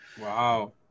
wow